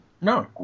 No